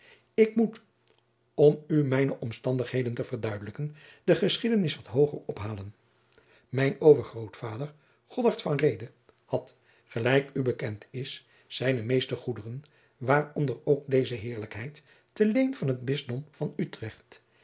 ik moet om u mijne omstandigheden te verduidelijken de geschiedenis wat hooger ophalen mijn overgrootvader godard van reede had gelijk u bekend is zijne meeste goederen waaronder ook deze heerlijkheid ter leen van het bisdom van utrecht